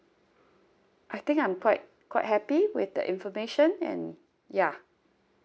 I think I'm quite quite happy with the information and ya